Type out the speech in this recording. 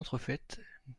entrefaites